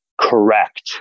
correct